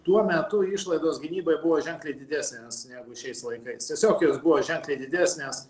tuo metu išlaidos gynybai buvo ženkliai didesnės negu šiais laikais tiesiog jos buvo ženkliai didesnės